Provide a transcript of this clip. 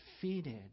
defeated